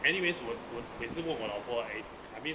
anyways 我我也是问我老婆 eh I mean